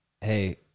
Hey